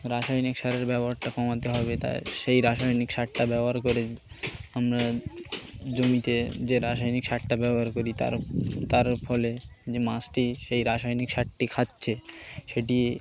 রাসায়নিক সারের ব্যবহারটা কমাতে হবে তাই সেই রাসায়নিক সারটা ব্যবহার করে আমরা জমিতে যে রাসায়নিক সারটা ব্যবহার করি তার তার ফলে যে মাছটি সেই রাসায়নিক সারটি খাচ্ছে সেটি